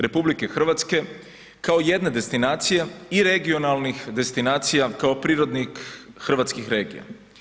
RH kao jedne destinacije i regionalnih destinacija kao prirodnih hrvatskih regija.